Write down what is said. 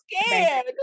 scared